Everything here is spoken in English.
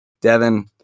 Devin